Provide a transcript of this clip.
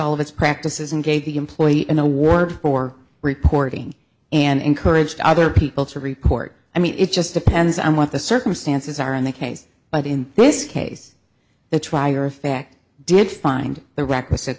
all of its practices and gave the employee in the award for reporting and encouraged other people to report i mean it just depends on what the circumstances are in the case but in this case the trier of fact did find the requisite